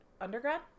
undergrad